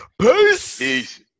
Peace